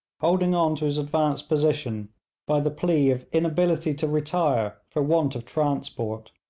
holding on to his advanced position by the plea of inability to retire for want of transport,